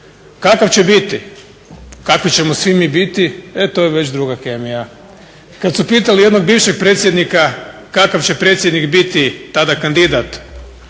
Kakav će biti? Kakvi ćemo svi mi biti? E to je već druga kemija. Kada su pitali jednog bivšeg predsjednika kakav će predsjednik biti tada kandidat,